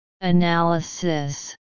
analysis